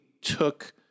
took